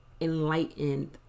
enlightened